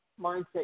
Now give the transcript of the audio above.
mindset